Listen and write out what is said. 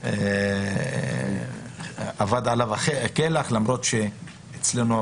וכולי ואבד עליהם הכלח למרות שאצלנו,